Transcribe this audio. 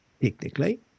technically